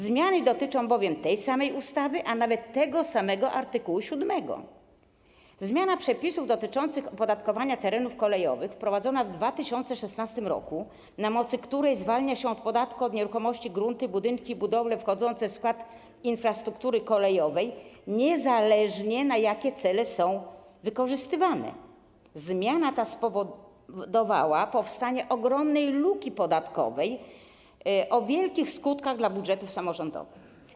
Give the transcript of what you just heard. Zmiany dotyczą bowiem tej samej ustawy, a nawet tego samego art. 7. Zmiana przepisów dotyczących opodatkowania terenów kolejowych wprowadzona w 2016 r., na mocy której zwalnia się od podatku od nieruchomości grunty, budynki i budowle wchodzące w skład infrastruktury kolejowej niezależnie od tego, na jakie cele są wykorzystywane, spowodowała powstanie ogromnej luki podatkowej powodującej wielkie skutki dla budżetów samorządowych.